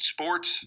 Sports